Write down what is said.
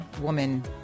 woman